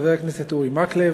חבר הכנסת אורי מקלב,